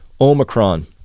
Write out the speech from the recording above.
Omicron